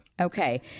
Okay